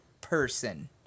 person